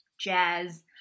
jazz